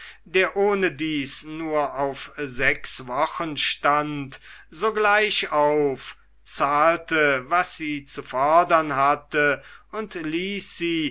der ohnedies nur auf sechs wochen stand sogleich auf zahlte was sie zu fordern hatte und ließ sie